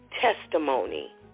testimony